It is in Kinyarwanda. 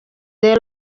the